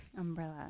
Umbrella